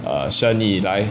err 生意来